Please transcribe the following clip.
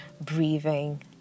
Breathing